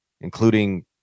including